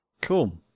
Cool